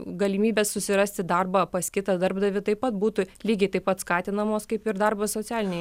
galimybės susirasti darbą pas kitą darbdavį taip pat būtų lygiai taip pat skatinamos kaip ir darbas socialinėj